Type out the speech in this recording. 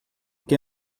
que